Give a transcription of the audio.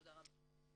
תודה רבה.